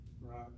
Right